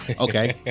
Okay